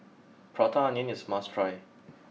Prata Onion is a must try